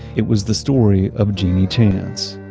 it was the story of genie chance,